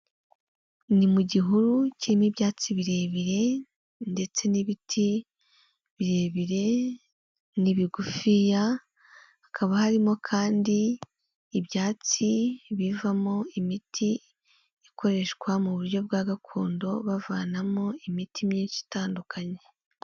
Ni mu gihuru kirimo ibyatsi birebire, ndetse n'ibiti birebire n'ibigufiya, hakaba harimo kandi ibyatsi bivamo imiti ikoreshwa mu buryo bwa gakondo, bavanamo imiti myinshi itandukanye.